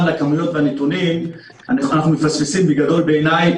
לכמויות ולנתונים אנחנו מפספסים בגדול בעיני,